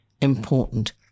important